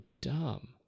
dumb